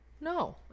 no